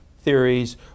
theories